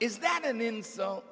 is that an insult